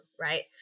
right